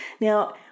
Now